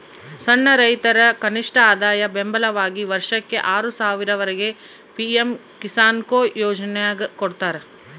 ಸಣ್ಣ ರೈತರ ಕನಿಷ್ಠಆದಾಯ ಬೆಂಬಲವಾಗಿ ವರ್ಷಕ್ಕೆ ಆರು ಸಾವಿರ ವರೆಗೆ ಪಿ ಎಂ ಕಿಸಾನ್ಕೊ ಯೋಜನ್ಯಾಗ ಕೊಡ್ತಾರ